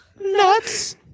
nuts